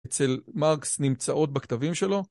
אצל מרקס נמצאות בכתבים שלו